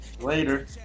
Later